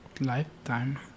lifetime